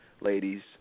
ladies